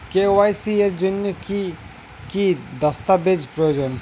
KYC এর জন্যে কি কি দস্তাবেজ প্রয়োজন?